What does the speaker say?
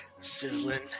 Sizzling